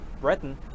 Breton